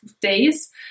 days